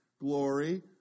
glory